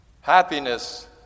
Happiness